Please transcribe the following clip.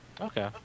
Okay